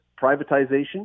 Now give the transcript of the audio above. privatization